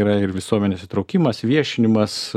yra ir visuomenės įtraukimas viešinimas